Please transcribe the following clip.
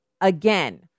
again